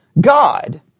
God